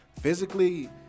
physically